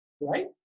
right